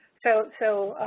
so so,